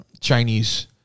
Chinese